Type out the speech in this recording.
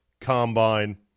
combine